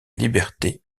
liberté